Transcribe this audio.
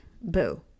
boo